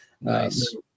Nice